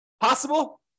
Possible